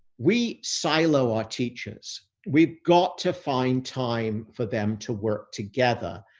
we silo our teachers. we've got to find time for them to work together,